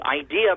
idea